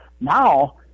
Now